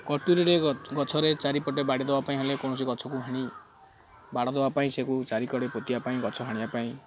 କଟୁରିରେ ଗଛରେ ଚାରିପଟେ ବାଡ଼ି ଦେବା ପାଇଁ ହେଲେ କୌଣସି ଗଛକୁ ହାଣି ବାଡ଼ ଦେବା ପାଇଁ ସେକୁ ଚାରିପଟେ ପୋତିଆ ପାଇଁ ଗଛ ହାଣିବା ପାଇଁ